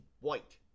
white